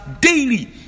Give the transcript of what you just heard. daily